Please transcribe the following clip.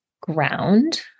ground